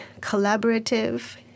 collaborative